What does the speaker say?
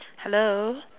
hello